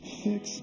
fix